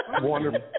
Wonderful